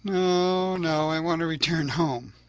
no, no. i want to return home.